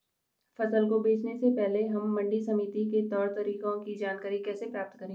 फसल को बेचने से पहले हम मंडी समिति के तौर तरीकों की जानकारी कैसे प्राप्त करें?